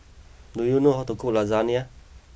do you know how to cook Lasagna